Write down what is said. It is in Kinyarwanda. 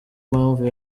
mpamvu